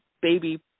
baby